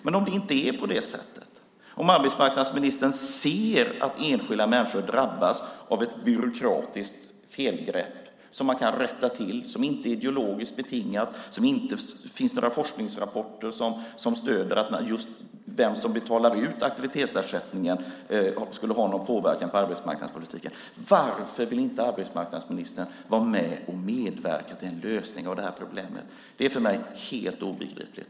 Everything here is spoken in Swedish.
Men om det inte är så, om arbetsmarknadsministern ser att enskilda människor drabbas av ett byråkratiskt felgrepp som man kan rätta till, som inte är ideologiskt betingat, där det inte finns några forskningsrapporter som stöder att det skulle ha någon påverkan på arbetsmarknadspolitiken vem som betalar ut aktivitetsersättningen, varför vill arbetsmarknadsministern inte vara med och medverka till en lösning av problemet? Det är för mig helt obegripligt.